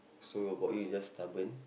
so about you you're just stubborn